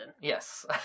Yes